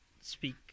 speak